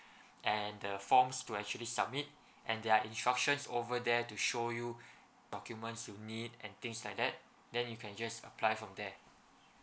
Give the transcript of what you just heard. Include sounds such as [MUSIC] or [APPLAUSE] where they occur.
and the forms to actually submit and there are instructions over there to show you [BREATH] documents you need and things like that then you can just apply from there